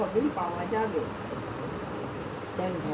ডাক বা পোস্টাল ব্যাঙ্কে অনেক লোক টাকা জমায় যাতে সুদ পাওয়া যায়